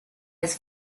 his